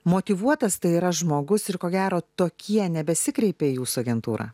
motyvuotas tai yra žmogus ir ko gero tokie nebesikreipė į jūsų agentūrą